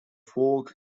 forks